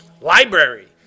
Library